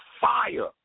Fire